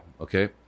Okay